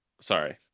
Sorry